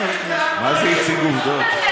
מה זה "הציג עובדות"?